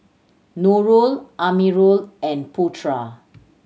Nurul Amirul and Putra